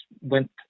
went